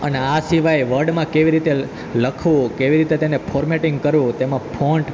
અને આ સિવાય વર્ડમાં કેવી રીતે લખવું કેવી રીતે તેને ફોર્મેટિંગ કરવું તેમાં ફૉન્ટ